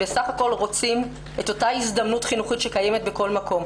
בסך הכול רוצים את אותה הזדמנות חינוכית שקיימת בכל מקום.